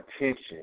attention